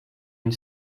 une